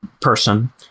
person